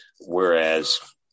Whereas